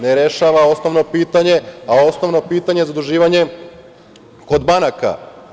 Ne rešava osnovno pitanje, a osnovno pitanje je zaduživanje kod banaka.